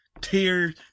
tears